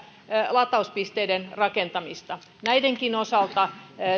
latauspisteiden rakentamista näidenkin osalta